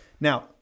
Now